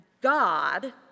God